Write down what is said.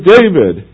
David